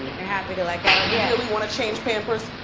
you're happy to let go? you yeah really wanna change pampers?